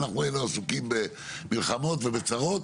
אנחנו היינו עסוקים במלחמות ובצרות